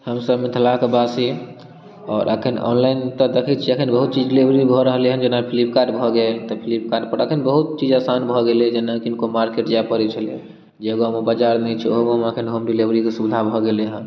हमसब मिथिलाके वासी आओर एखन ऑनलाइन तऽ देखै छिए एखन बहुत चीज डिलिवरी भऽ रहलै हँ जेना फ्लिपकार्ट भऽ गेल तऽ फ्लिपकार्टपर एखन बहुत चीज आसान भऽ गेलै जेना किनको मार्केट जा पड़ै छलै जेबऽ हौ बजार नहि छऽ हौ एखन होम डिलीवरीके सुविधा भऽ गेलै हँ